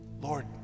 Lord